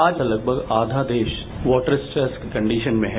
आज लगभग आधा देश वॉटर स्ट्रेस की कंडीशन में है